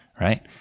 Right